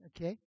Okay